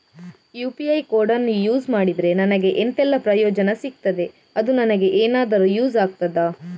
UPI ಕೋಡನ್ನು use ಮಾಡಿದ್ರೆ ನನಗೆ ಎಂಥೆಲ್ಲಾ ಪ್ರಯೋಜನ ಸಿಗ್ತದೆ, ಅದು ನನಗೆ ಎನಾದರೂ ಯೂಸ್ ಆಗ್ತದಾ?